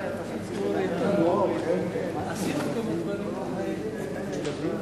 זועבי, בבקשה.